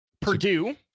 Purdue